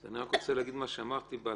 אני רוצה להגיד מה שאמרתי בהתחלה.